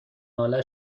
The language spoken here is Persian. ناله